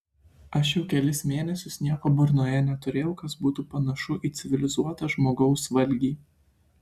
aš jau kelis mėnesius nieko burnoje neturėjau kas būtų panašu į civilizuoto žmogaus valgį